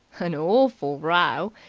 an orful row!